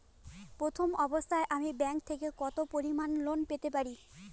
প্রথম অবস্থায় আমি ব্যাংক থেকে কত পরিমান টাকা লোন পেতে পারি?